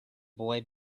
boy